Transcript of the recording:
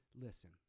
listen